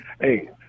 Hey